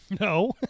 No